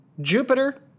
Jupiter